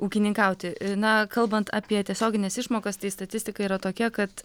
ūkininkauti na kalbant apie tiesiogines išmokas tai statistika yra tokia kad